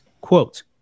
Quote